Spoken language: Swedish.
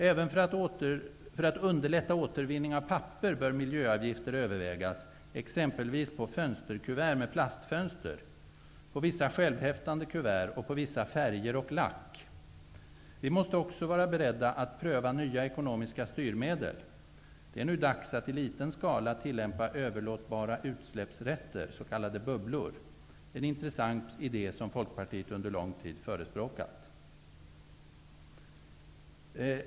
Även för att underlätta återvinning av papper bör miljöavgifter övervägas, exempelvis på fönsterkuvert med plastfönster, på vissa självhäftande kuvert och på vissa färger och lack. Vi måste också vara beredda att pröva nya ekonomiska styrmedel. Det är nu dags att i liten skala tillämpa överlåtbara utsläppsrätter, s.k. bubblor, -- en intressant idé som Folkpartiet under lång tid förespråkat.